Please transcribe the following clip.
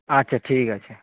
আচ্ছা ঠিক আছে